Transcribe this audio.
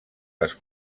les